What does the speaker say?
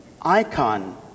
icon